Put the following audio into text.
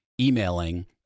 emailing